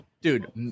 Dude